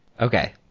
Okay